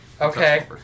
Okay